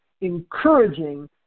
encouraging